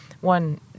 one